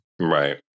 Right